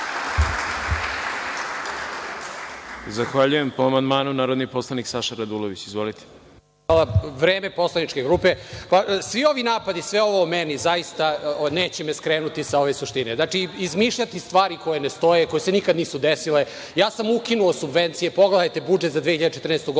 Zahvaljujem. Po amandmanu, reč ima narodni poslanik Saša Radulović. **Saša Radulović** Vreme poslaničke grupe. Svi ovi napadi, sve ovo o meni, zaista neće me skrenuti sa ove suštine. Znači, izmišljati stvari koje ne postoje, koje se nikad nisu desile, ja sam ukinuo subvencije, pogledajte budžet za 2014. godinu,